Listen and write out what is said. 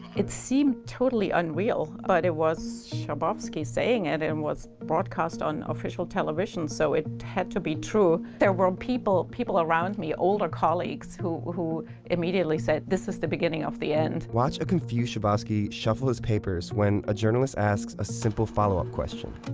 it seemed totally unreal. but it was schabowski saying it and it and was broadcast on official television so it had to be true. there were people people around me, older colleagues, who immediately said, this is the beginning of the end. watch a confused schabowski shuffle his papers when a journalist asks a simple follow-up question.